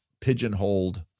pigeonholed